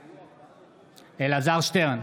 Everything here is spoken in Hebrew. בעד אלעזר שטרן,